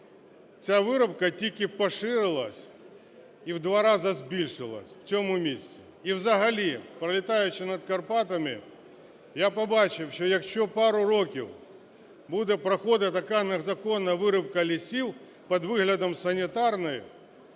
Ця вирубка тільки поширилась і в два рази збільшилась в цьому місці. І взагалі, пролітаючи над Карпатами, я побачив, що якщо пару років буде проходити така незаконна вирубка лісів під виглядом санітарної,